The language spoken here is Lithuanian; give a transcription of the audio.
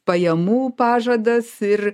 pajamų pažadas ir